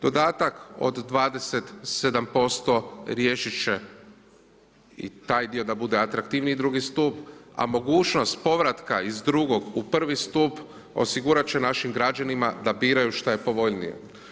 Dodataka od 27% riješit će i taj dio da bude atraktivniji drugi stup a mogućnost povratka iz drugog u prvi stup, osigurat će našim građanima da biraju šta je povoljnije.